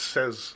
Says